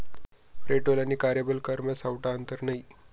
petrol आणि कार्यबल करमा सावठं आंतर नै